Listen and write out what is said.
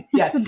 yes